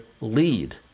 lead